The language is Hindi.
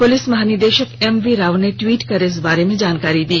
पुलिस महानिदेषक एमवी राव ने ट्वीट कर इस बारे में जानकारी दी